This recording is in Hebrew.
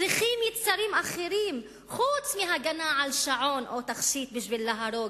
צריכים יצרים אחרים חוץ מהגנה על שעון או תכשיט בשביל להרוג.